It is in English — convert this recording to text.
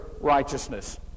righteousness